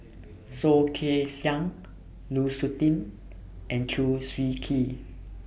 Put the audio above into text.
Soh Kay Siang Lu Suitin and Chew Swee Kee